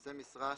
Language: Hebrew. "נושא משרה",